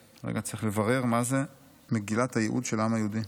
צריך לברר מה זה מגילת הייעוד של העם היהודי,